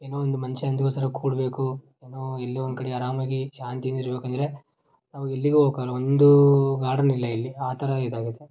ಏನೋ ಒಂದು ಮನಃಶಾಂತಿಗೋಸ್ಕರ ಕೂರ್ಬೇಕು ಏನೋ ಎಲ್ಲೋ ಒಂದು ಕಡೆ ಅರಾಮಾಗಿ ಶಾಂತಿಯಿಂದ ಇರಬೇಕಂದ್ರೆ ನಾವು ಎಲ್ಲಿಗೂ ಹೋಗಕ್ಕಾಗಲ್ಲ ಒಂದೂ ಗಾರ್ಡನ್ನು ಇಲ್ಲ ಇಲ್ಲಿ ಆ ಥರ ಇದಾಗೈತೆ